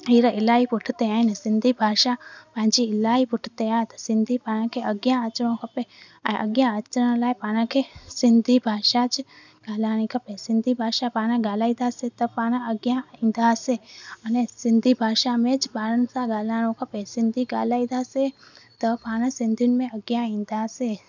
हींअर इलाही पुठिते आहिनि सिंधी भाषा पंहिंजी इलाही पुठिते आहे सिंधी पाण खे अॻियां अचिणो खपे ऐं अॻियां अचण लाइ पाण खे सिंधी भाषाच ॻाल्हाइणी खपे सिंधी भाषा पाण ॻाल्हाईंदासीं त पाण अॻियां ईंदासीं अने सिंधी भाषा में ॿारनि सां ॻाल्हाइणो खपे सिंधी ॻाल्हाईंदासीं त पाण सिंधियुनि में अॻियां ईंदासीं